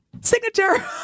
Signature